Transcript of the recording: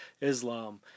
Islam